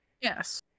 Yes